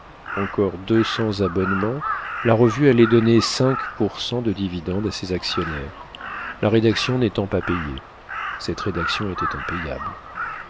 encore deux cents abonnements la revue allait donner cinq pour cent de dividende à ses actionnaires la rédaction n'étant pas payée cette rédaction était impayable